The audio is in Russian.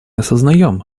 осознаем